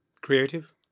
Creative